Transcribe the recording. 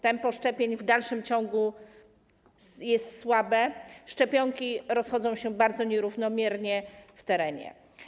Tempo szczepień w dalszym ciągu jest słabe, szczepionki rozchodzą się bardzo nierównomiernie w terenie.